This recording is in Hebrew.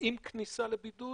כניסה לבידוד